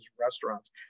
restaurants